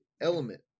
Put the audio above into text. element